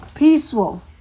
Peaceful